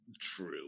true